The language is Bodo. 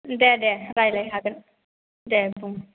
दे दे रायलायनो हागोन दे बुं